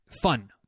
fun